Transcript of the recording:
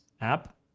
app